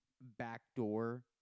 backdoor